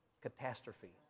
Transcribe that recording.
catastrophe